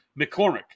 McCormick